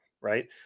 right